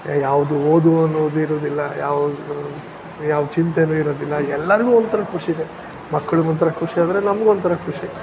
ಯಾವುದು ಓದು ಅನ್ನೋದು ಇರೋದಿಲ್ಲ ಯಾವುದು ಯಾವ ಚಿಂತೆಯೂ ಇರೋದಿಲ್ಲ ಎಲ್ಲರಿಗೂ ಒಂಥರ ಖುಷಿಯೇ ಮಕ್ಳಿಗೆ ಒಂಥರ ಖುಷಿ ಆದರೆ ನಮಗೂ ಒಂಥರ ಖುಷಿ